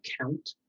count